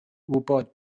wybod